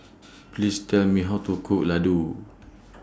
Please Tell Me How to Cook Ladoo